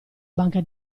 banca